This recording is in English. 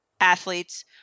athletes